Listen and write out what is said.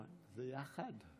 זה יחד?